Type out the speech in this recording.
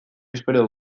espero